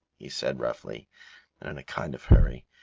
he said, roughly, and in a kind of hurry,